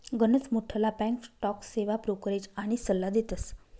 गनच मोठ्ठला bank stock सेवा ब्रोकरेज आनी सल्ला देतस